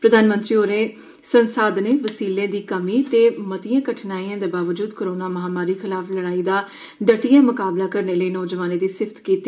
प्रधानमंत्री होरे संसाधने वसीलें दी कमी ते मतियें कठनाइएं दे बावजूद कोरोना महामारी खलाफ लड़ाई दा डरियै मुकाबला करने लेई नौजवानें दी सिफ्त कीती